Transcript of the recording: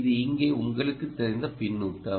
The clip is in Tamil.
இது இங்கே உங்களுக்கு தெரிந்த பின்னூட்டம்